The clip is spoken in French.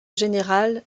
général